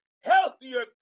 healthier